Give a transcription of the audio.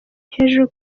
hejuru